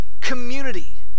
community